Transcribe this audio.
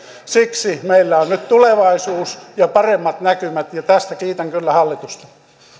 siksi meillä on nyt tulevaisuus ja paremmat näkymät ja tästä kiitän kyllä hallitusta